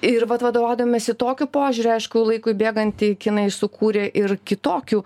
ir vat vadovaudamiesi tokiu požiūriu aišku laikui bėgant kinai sukūrė ir kitokių